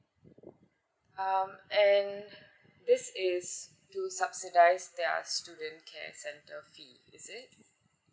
um and this is to subsidize their student care center fee is it